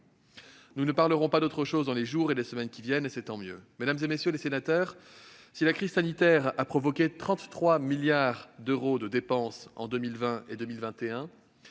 Nous ne parlerons pas d'autre chose dans les jours et les semaines qui viennent, et c'est tant mieux. Mesdames, messieurs les sénateurs, si la crise sanitaire a engendré 33 milliards d'euros de dépenses exceptionnelles